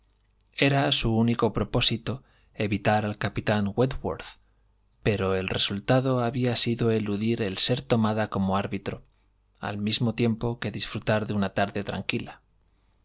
era su único propósito evitar al capitán wentwortfa pero el resultado había sido eludir el ser tomada como árbitro al mismo tiempo que disfrutar de una tarde tranquila